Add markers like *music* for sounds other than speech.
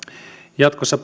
jatkossa *unintelligible*